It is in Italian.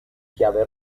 chiave